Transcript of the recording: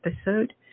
episode